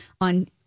on